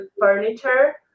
furniture